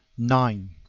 nine.